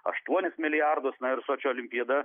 aštuonis milijardus na ir sočio olimpiada